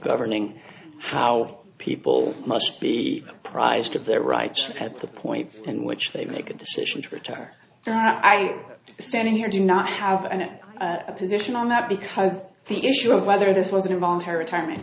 governing how people must be apprised of their rights at the point in which they make a decision to retire i standing here do not have an a position on that because the issue of whether this was an involuntary retirement